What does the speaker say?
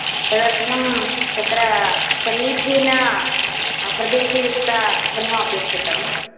तदर्थं तत्र समीचिन प्रदेशयुक्तगृहमपेक्षितं